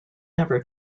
never